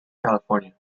california